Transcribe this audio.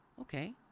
Okay